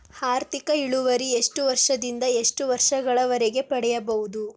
ಆರ್ಥಿಕ ಇಳುವರಿ ಎಷ್ಟು ವರ್ಷ ದಿಂದ ಎಷ್ಟು ವರ್ಷ ಗಳವರೆಗೆ ಪಡೆಯಬಹುದು?